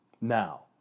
Now